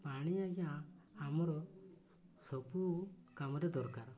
ପାଣି ଆଜ୍ଞା ଆମର ସବୁ କାମରେ ଦରକାର